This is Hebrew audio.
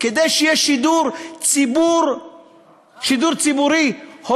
כדי שיהיה שידור ציבורי, ראוי.